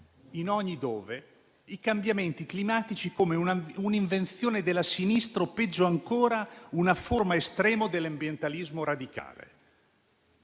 considera i cambiamenti climatici come un'invenzione della sinistra o, peggio ancora, una forma estrema dell'ambientalismo radicale.